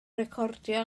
recordio